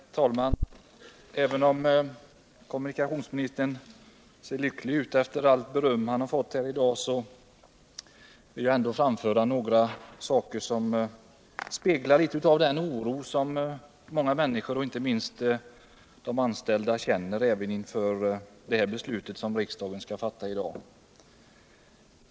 Herr talman! Även om kommunikationsministern ser lycklig ut efter allt beröm han har fått här i dag vill jag framföra några saker som speglar litet av förbättra kollektiv den oro som många människor, inte minst de anställda, känner inför det beslut som riksdagen i dag skall fatta.